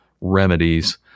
remedies